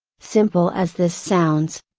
simple as this sounds,